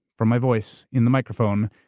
from my voice in the microphone,